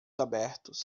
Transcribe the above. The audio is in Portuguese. abertos